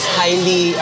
highly